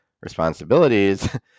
responsibilities